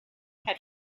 had